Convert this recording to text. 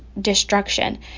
destruction